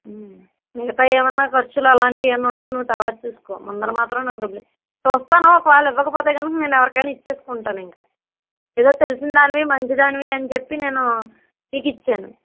మిగతా ఏమైనా ఖర్చులు అలాంటివి ఏమైనా ఉంటే నువ్వు తరువాత చూసుకో ముందర మాత్రం నాకు డబ్బులు ఇవ్వు చూస్తాను ఒకవేళ ఇవ్వకపోతే కనుక నేను ఎవరికైనా ఇచ్చేసుకుంటాను ఇంక ఏదో తెలిసిన దానివి మంచిదానివి అని చెప్పి నేను నీకిచ్చాను